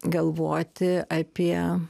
galvoti apie